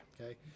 okay